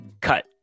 cut